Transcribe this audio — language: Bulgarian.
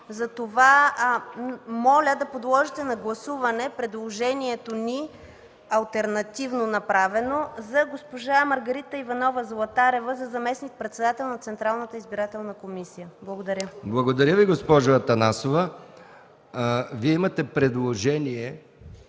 Затова моля да подложите на гласуване предложението ни, алтернативно направено, за госпожа Маргарита Иванова Златарева за заместник-председател на Централната избирателна комисия. Благодаря. ПРЕДСЕДАТЕЛ МИХАИЛ МИКОВ: Благодаря Ви, госпожо Атанасова. Вие имате предложение